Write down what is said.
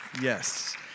Yes